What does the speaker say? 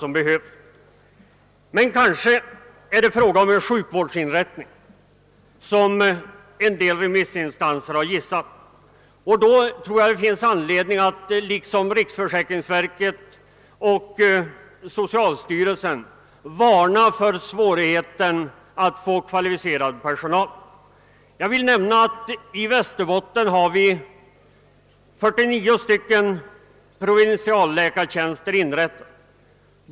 Men kanske är det emellertid fråga om en sjukvårdsinrättning, såsom en del remissinstanser gissat, och då tror jag det finns anledning att liksom riksförsäkringsverket och socialstyrelsen varna för svårigheten att skaffa kvalificerad personal. Jag vill nämna att det i Västerbotten finns 49 provinsialläkartjänster.